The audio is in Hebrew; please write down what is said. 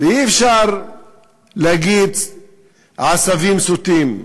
אי-אפשר להגיד שהם עשבים שוטים.